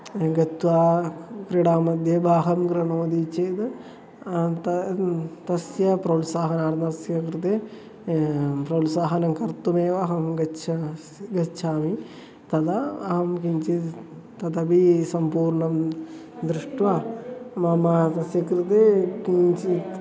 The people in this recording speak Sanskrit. गत्वा क्रीडामध्ये भागं गृह्णाति चेद् तद् तस्य प्रोत्साहनार्थस्य कृते प्रोत्साहनं कर्तुमेव अहं गच्छामि गच्छामि तदा अहं किञ्चिद् तदपि सम्पूर्णं दृष्ट्वा मम तस्य कृते किञ्चित्